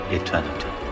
eternity